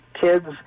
kids